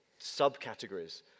subcategories